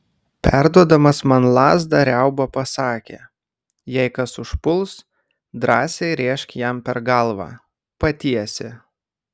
perduodamas man lazdą riauba pasakė jei kas užpuls drąsiai rėžk jam per galvą patiesi